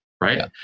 right